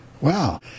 Wow